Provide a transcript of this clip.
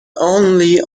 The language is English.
only